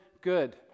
good